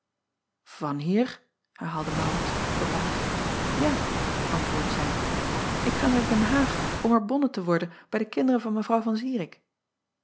vanhier anhier herhaalde aurits verbaasd a antwoordde zij ik ga naar den aag om er bonne te worden bij de kinderen van evrouw an